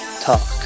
talk